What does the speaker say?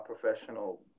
professional